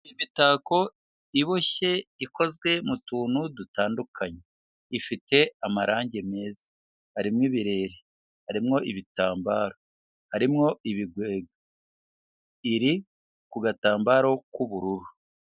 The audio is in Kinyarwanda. Imitako iboshye ikozwe mu tuntu dutandukanye ifite amarange meza, harimo ibirere, harimo ibitambaro, harimo ibigwegwe, iri ku gatambaro k'ubururu.